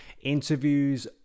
interviews